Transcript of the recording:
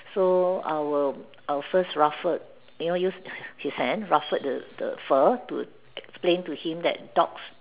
so I will I will first ruffled you know use his hand ruffled the fur to explain to him that dogs